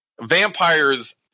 vampires